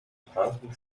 pranken